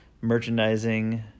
merchandising